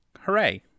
hooray